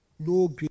no